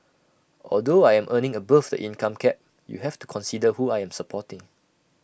although I am earning above the income cap you have to consider who I am supporting